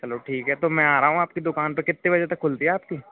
चलो ठीक है तो मैं आ रहा हूँ आपकी दुकान पे कितने बजे तक खुलती है आपकी